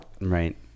right